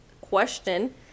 question